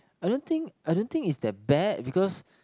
I don't think I don't think it's that bad because